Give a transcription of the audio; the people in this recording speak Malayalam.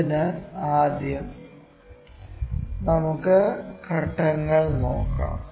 അതിനാൽ ആദ്യം നമുക്ക് ഘട്ടങ്ങൾ നോക്കാം